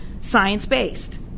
science-based